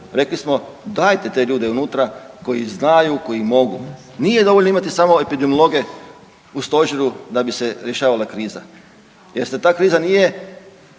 rekli smo dajte te ljude unutra koji znaju i koji mogu, nije dovoljno imati samo epidemiologe u stožeru da bi se rješavala kriza jer se ta kriza nije